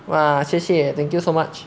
哇谢谢 thank you so much